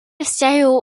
vzťahujú